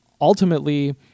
ultimately